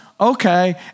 okay